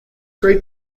great